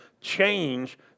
change